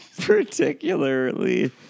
particularly